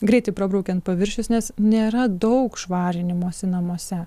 greitai prabraukiant paviršius nes nėra daug švarinimosi namuose